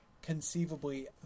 conceivably